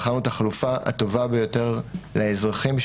בחרנו את החלופה הטובה ביותר לאזרחים,